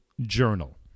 journal